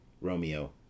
Romeo